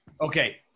Okay